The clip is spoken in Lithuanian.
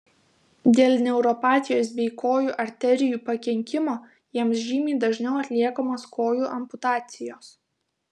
dėl neuropatijos bei kojų arterijų pakenkimo jiems žymiai dažniau atliekamos kojų amputacijos